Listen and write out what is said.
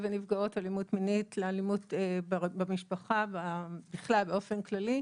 ונפגעות אלימות מינית לאלימות במשפחה ובכלל באופן כללי.